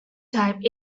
type